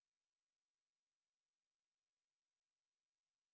remember don't do crime from time due to time